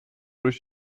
durch